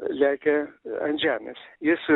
lekia ant žemės jis